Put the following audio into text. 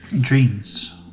Dreams